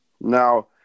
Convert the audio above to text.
Now